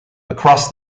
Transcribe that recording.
across